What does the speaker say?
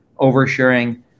oversharing